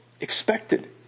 expected